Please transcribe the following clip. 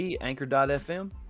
anchor.fm